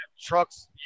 trucks